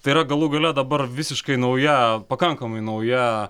tai yra galų gale dabar visiškai nauja pakankamai nauja